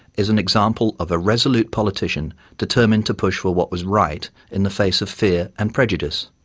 is an example of a resolute politician determined to push for what was right in the face of fear and prejudice.